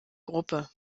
gruppe